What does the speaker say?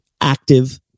active